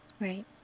Right